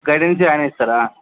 guidance ఆయనే ఇస్తాడా